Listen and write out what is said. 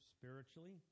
spiritually